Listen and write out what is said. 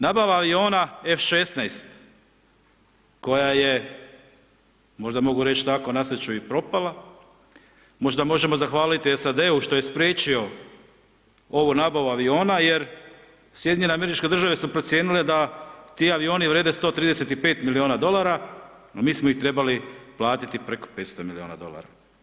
Nabava aviona F-16 koja je možda mogu reći tako, na sreću i propala, možda možemo zahvaliti SAD-u što je spriječio ovu nabavu aviona jer SAD su procijenile da ti avioni vrijede 135 milijuna dolara, a mi smo ih trebali platiti preko 500 milijuna dolara.